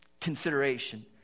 consideration